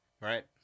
Right